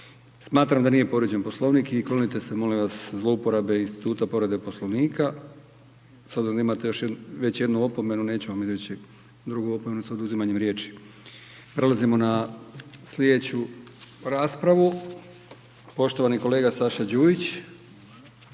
Smatram da nije povrijeđen Poslovnik i klonite se molim vas zlouporabe institut povrede Poslovnika, s obzirom da imate već jednu opomenu neću vam izreći drugu opomenu s oduzimanjem riječi. Prelazimo na slijedeću raspravu, poštovani kolega Saša Đujić,